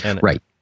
Right